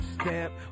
step